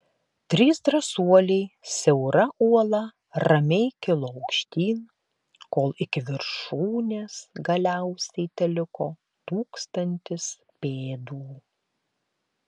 trys drąsuoliai siaura uola ramiai kilo aukštyn kol iki viršūnės galiausiai teliko tūkstantis pėdų